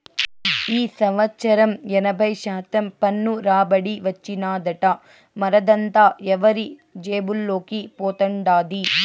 ఈ సంవత్సరం ఎనభై శాతం పన్ను రాబడి వచ్చినాదట, మరదంతా ఎవరి జేబుల్లోకి పోతండాది